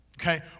okay